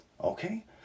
okay